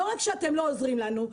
לא רק שאתם לא עוזרים לנו,